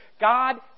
God